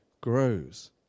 grows